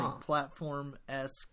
platform-esque